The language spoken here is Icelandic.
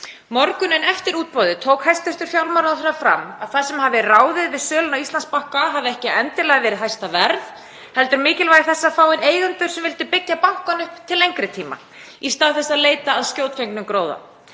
Morguninn eftir útboðið tók hæstv. fjármálaráðherra fram að það sem hafi ráðið við söluna á Íslandsbanka hafi ekki endilega verið hæsta verð heldur mikilvægi þess að fá inn eigendur sem vildu byggja bankann upp til lengri tíma, í stað þess að leita að skjótfengnum gróða.